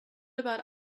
about